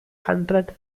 hundred